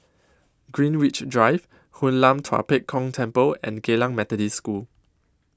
Greenwich Drive Hoon Lam Tua Pek Kong Temple and Geylang Methodist School